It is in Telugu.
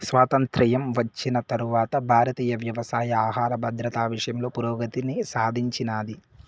స్వాతంత్ర్యం వచ్చిన తరవాత భారతీయ వ్యవసాయం ఆహర భద్రత విషయంలో పురోగతిని సాధించినాది